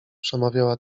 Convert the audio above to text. przemawiała